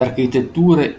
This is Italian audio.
architetture